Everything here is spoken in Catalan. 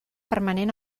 permanent